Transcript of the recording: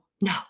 no